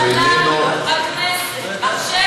הוא איננו חברת הכנסת רוזין,